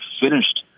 finished